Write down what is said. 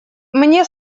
мне